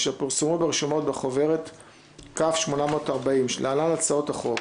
אשר פורסמו ברשומות בחוברת כ/840 (להלן: הצעות החוק),